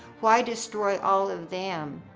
why destroy all of them?